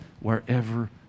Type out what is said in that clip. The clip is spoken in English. wherever